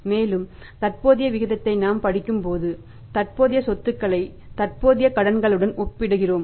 மேலும் தற்போதைய விகிதத்தை நாம் படிக்கும் போது தற்போதைய சொத்துக்களை தற்போதைய கடன்களுடன் ஒப்பிடுகிறோம்